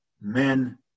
men